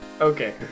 Okay